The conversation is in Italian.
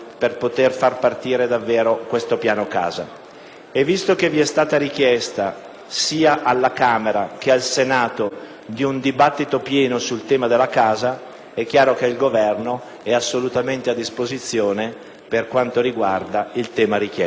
Visto che vi è stata richiesta, sia alla Camera che al Senato, di un dibattito pieno sul tema della casa, è chiaro che il Governo è a completa disposizione per soddisfare tali richieste.